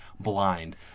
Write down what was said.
blind